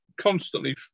Constantly